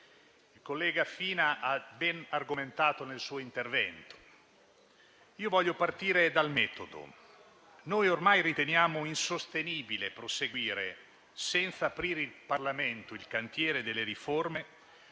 il collega Fina ha ben argomentato nel suo intervento. Io voglio partire dal metodo. Noi ormai riteniamo insostenibile proseguire senza aprire in Parlamento il cantiere delle riforme,